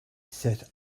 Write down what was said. set